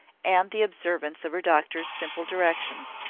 and the observance of her doctor's simple directions.